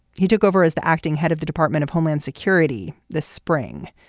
he took over as the acting head of the department of homeland security this spring.